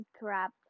crap